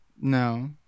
No